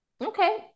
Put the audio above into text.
okay